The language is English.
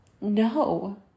no